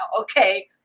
okay